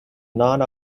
non